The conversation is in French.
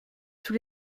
sous